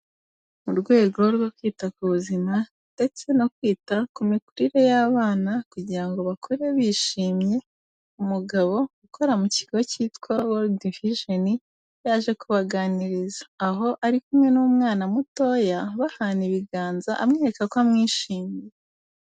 Mu rwego rwo kwita ku buzima ndetse no kwita ku mikurire y'abana kugira ngo bakure bishimye, umugabo ukora mu kigo cyitwa World Vision, yaje kubaganiriza. Aho ari kumwe n'umwana mutoya, bahana ibiganza, amwereka ko amwishimiye.